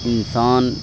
انسان